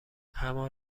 همان